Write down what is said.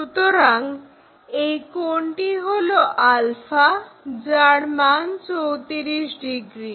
সুতরাং এই কোণটি হলো যার মান 34 ডিগ্রি